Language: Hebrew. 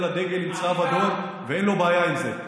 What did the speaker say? לדגל עם צלב אדום ואין להם בעיה עם זה.